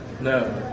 No